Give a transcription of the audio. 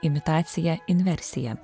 imitacija inversija